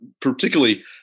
particularly